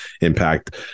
impact